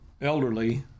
elderly